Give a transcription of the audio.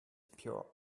pure